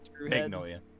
Magnolia